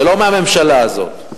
זה לא מהממשלה הזאת,